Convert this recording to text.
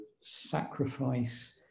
sacrifice